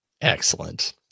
Excellent